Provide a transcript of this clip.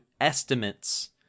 estimates